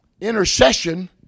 intercession